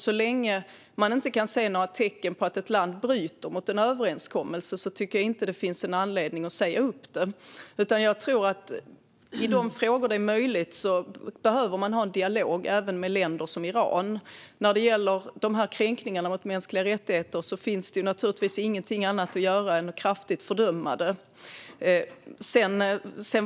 Så länge man inte kan se några tecken på att ett land bryter mot en överenskommelse tycker jag inte att det finns anledning att säga upp den. I de frågor där det är möjligt behöver man ha en dialog även med länder som Iran. När det gäller kränkningarna mot mänskliga rättigheter finns det naturligtvis ingenting annat att göra än att kraftigt fördöma dem.